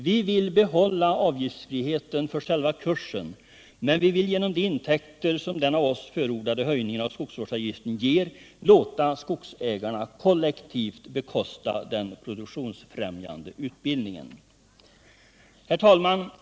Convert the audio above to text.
Vi vill bibehålla avgiftsfriheten för själva kursen, men vi vill låta skogsägarna kollektivt bekosta denna produktionsfrämjande utbildning genom de intäkter som den av oss förordade höjningen av skogsvårdsavgiften ger. Herr talman!